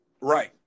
right